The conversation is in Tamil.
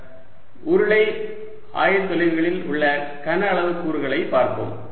2π 2πRh மூன்றாவதாக உருளை ஆயத்தொலைகளில் உள்ள கன அளவு கூறுகளை பார்ப்போம்